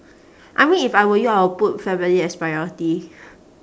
I mean if I were you I would put family as priority